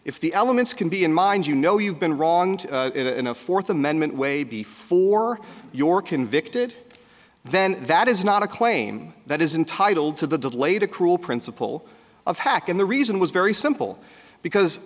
if the elements can be in mind you know you've been wronged in a fourth amendment way before your convicted then that is not a claim that is intitled to the delayed accrual principle of haq and the reason was very simple because